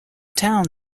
town